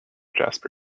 jasper